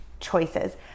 choices